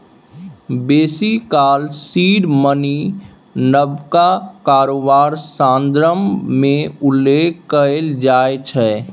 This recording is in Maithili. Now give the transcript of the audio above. बेसी काल सीड मनी नबका कारोबार संदर्भ मे उल्लेख कएल जाइ छै